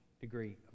degree